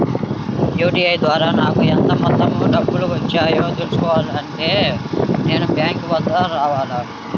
UPI ద్వారా నాకు ఎంత మొత్తం డబ్బులు వచ్చాయో తెలుసుకోవాలి అంటే నేను బ్యాంక్ వద్దకు రావాలా?